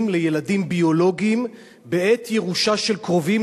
לילדים ביולוגיים בעת ירושה של קרובים,